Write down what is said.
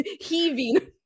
heaving